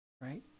right